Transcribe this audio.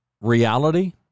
reality